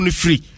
free